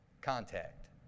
contact